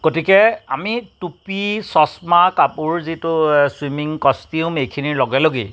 গতিকে আমি টুপী চশমা কাপোৰ যিটো চুইমিং কষ্টটিউম সেইখিনি লগে লগেই